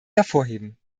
hervorheben